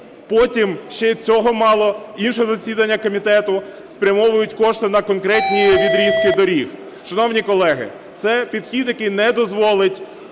Потім ще й цього мало: інше засідання комітету – спрямовують кошти на конкретні відрізки доріг. Шановні колеги, це підхід, який не дозволить